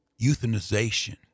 euthanization